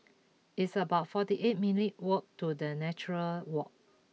it's about forty eight minutes' walk to the Nature Walk